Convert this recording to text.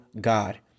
God